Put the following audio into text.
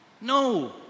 No